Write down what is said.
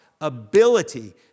ability